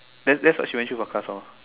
then that's what she went through for class all